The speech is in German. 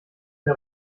der